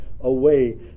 away